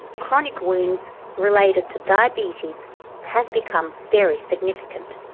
chronic wounds related to diabetes have become very significant.